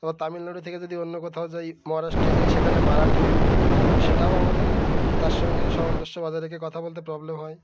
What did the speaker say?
আবার তামিলনাড়ু থেকে যদি অন্য কোথাও যাই মহারাষ্ট্রে যাই সেখানে মারাঠি তো সেটাও আমাদের তার সঙ্গে সামজস্য বজায় রেখে কথা বলতে প্রবলেম হয়